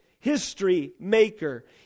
history-maker